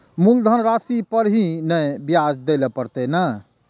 मुलधन राशि पर ही नै ब्याज दै लै परतें ने?